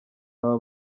aba